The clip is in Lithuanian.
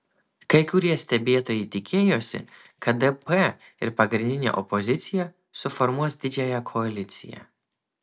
kai kurie stebėtojai tikėjosi kad dp ir pagrindinė opozicija suformuos didžiąją koaliciją